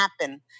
happen